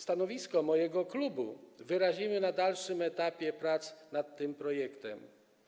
Stanowisko mojego klubu wyrazimy na dalszym etapie prac nad tym projektem.